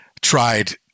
tried